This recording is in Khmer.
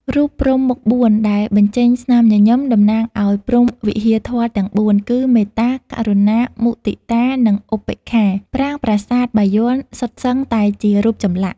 រូបព្រហ្មមុខបួនដែល បញ្ចេញ ស្នាមញញឹម តំណាងអោយព្រហ្មវិហារធម៌ទាំងបួន គឺមេត្តា ករុណា មុទិតា និងឧបេក្ខា ប្រាង្គប្រាសាទ បាយ័នសុទ្ធសឹងតែជារូបចម្លាក់។